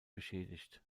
beschädigt